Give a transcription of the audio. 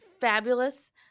fabulous